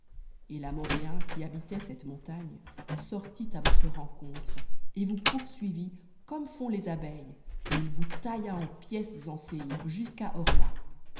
et l'amoréen qui habitait cette montagne sortit à votre rencontre et vous poursuivit comme font les abeilles et il vous tailla en pièces en séhir jusqu'à